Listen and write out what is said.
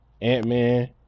Ant-Man